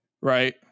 right